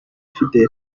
fidele